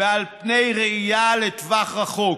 ועל פני ראייה לטוות רחוק,